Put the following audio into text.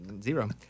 zero